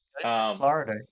Florida